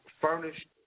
furnished